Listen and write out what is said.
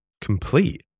complete